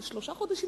שלושה חודשים?